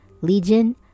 Legion